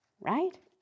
right